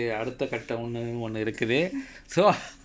err அடுத்த கட்டமுனும் ஒன்னு இருக்குது:adutha kattamunum onnu irukuthu so